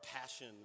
passion